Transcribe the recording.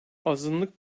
azınlık